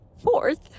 Fourth